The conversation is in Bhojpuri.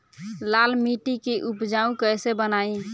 लाल मिट्टी के उपजाऊ कैसे बनाई?